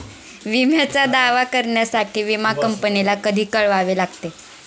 विम्याचा दावा करण्यासाठी विमा कंपनीला कधी कळवावे लागते?